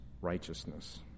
righteousness